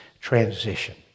transition